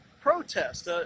protest